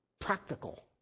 practical